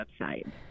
website